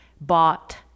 bought